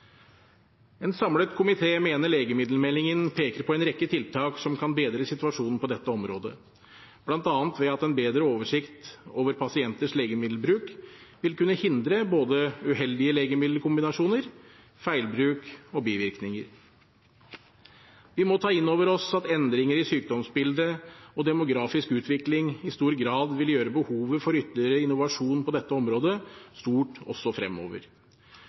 En samlet komité mener legemiddelmeldingen peker på en rekke tiltak som kan bedre situasjonen på dette området, bl.a. ved at en bedre oversikt over pasienters legemiddelbruk vil kunne hindre både uheldige legemiddelkombinasjoner, feilbruk og bivirkninger. Vi må ta inn over oss at endringer i sykdomsbildet og demografisk utvikling i stor grad vil gjøre behovet for ytterligere innovasjon på dette området stort også fremover.